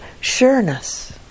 sureness